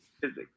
physics